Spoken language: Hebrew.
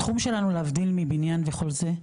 התחום שלנו להבדיל מבניין וכל זה,